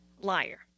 Liar